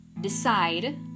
decide